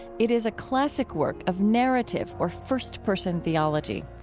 it is a classic work of narrative or first-person theology,